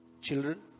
children